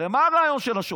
הרי מה הרעיון של השוחד?